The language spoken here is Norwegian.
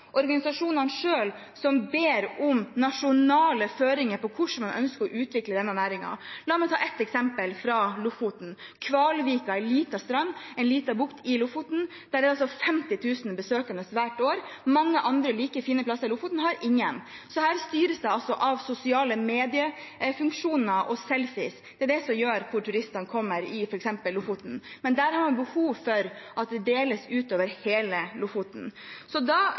organisasjonene selv, som ber om nasjonale føringer for hvordan man ønsker å utvikle næringen. La meg ta et eksempel fra Lofoten: Kvalvika er en liten strand, en liten bukt i Lofoten. Der er det 50 000 besøkende hvert år. Mange andre like fine plasser i Lofoten har ingen besøkende. Dette styres altså av sosiale mediefunksjoner og selfies. Det er det som avgjør hvor turistene reiser i f.eks. Lofoten. Man har behov for at dette deles utover hele Lofoten. Da